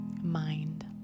mind